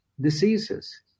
diseases